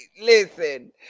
listen